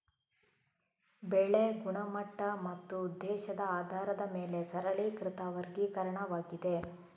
ಬೆಳೆ ಗುಣಮಟ್ಟ ಮತ್ತು ಉದ್ದೇಶದ ಆಧಾರದ ಮೇಲೆ ಸರಳೀಕೃತ ವರ್ಗೀಕರಣವಾಗಿದೆ